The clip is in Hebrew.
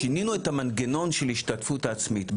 שינינו את המנגנון של ההשתתפות העצמית.